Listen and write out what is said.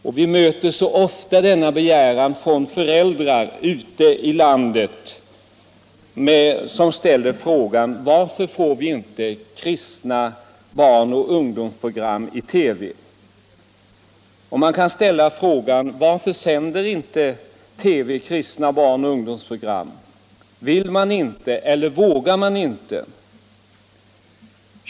Man möter ofta föräldrar ute i landet som undrar varför det inte förekommer kristna barnoch ungdomspro gram i TV. Och vi kan verkligen ställa frågan: Varför sänder TV inte sådana program? Vill man inte eller vågar man inte?